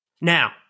Now